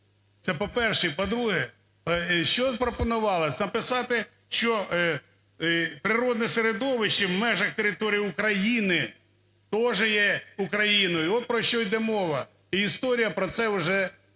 Це, по-перше. І, по-друге, що пропонувалося, записати, що природне середовище в межах території України теж є Україною, от про що йде мова, і історія про це вже